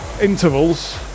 intervals